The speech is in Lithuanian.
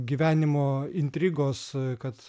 gyvenimo intrigos kad